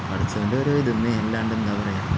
പടച്ചവന്റെ ഒരു ഇതുതന്നെയാണ് അല്ലാതെ എന്താണ് പറയുക